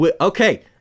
Okay